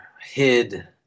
hid